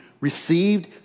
Received